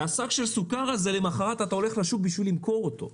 ועם שק הסוכר הזה אתה הולך למוחרת לשוק בשביל למכור אותו.